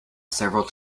several